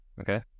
Okay